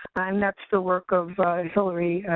um that's the work of hilary